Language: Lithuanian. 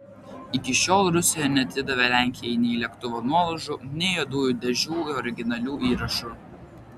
iki šiol rusija neatidavė lenkijai nei lėktuvo nuolaužų nei juodųjų dėžių originalių įrašų